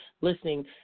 listening